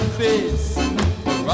face